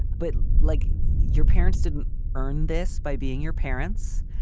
but like your parents didn't earn this by being your parents.